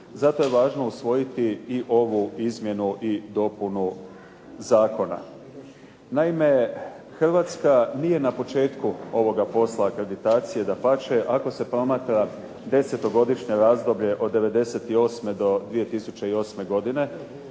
Zato je važno usvojiti i ovu izmjenu i dopunu zakona. Naime, Hrvatska nije na početku ovoga posla akreditacije, dapače, ako se promatra desetogodišnje razdoblje od '98. do 2008. godine